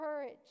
courage